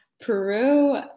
Peru